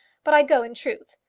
but i go in truth.